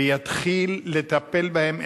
ויתחיל לטפל בהן אחת-אחת,